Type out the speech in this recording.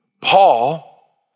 Paul